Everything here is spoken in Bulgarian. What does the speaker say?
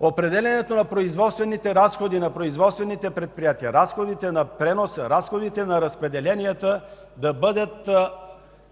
определянето на производствените разходи на производствените предприятия, разходите на преноса, разходите на разпределенията, да бъдат